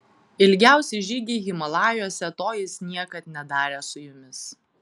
ilgiausi žygiai himalajuose to jis niekad nedarė su jumis